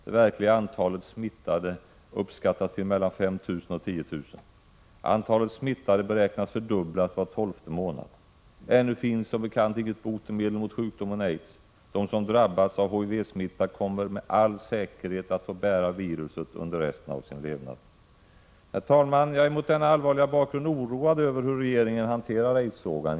Det verkliga antalet smittade uppskattas till mellan 5 000 och 10 000. Antalet smittade beräknas bli fördubblat var tolfte månad. Ännu finns som bekant inget botemedel mot sjukdomen aids. De som drabbats av HIV-smitta kommer med all säkerhet att få bära viruset under resten av sin levnad. Herr talman! Jag är mot denna allvarliga bakgrund oroad över hur regeringen hanterar aidsfrågan.